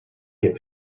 get